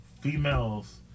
females